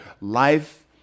Life